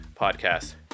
podcast